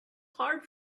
hard